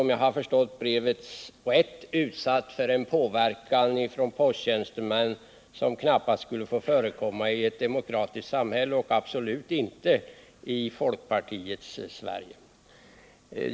Om jag förstått hans brev rätt blev han utsatt för en påverkan från posttjänstemän som knappast borde få förekomma i ett demokratiskt samhälle och absolut inte i folkpartiets Sverige.